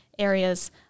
Areas